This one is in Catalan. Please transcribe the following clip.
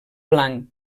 blanc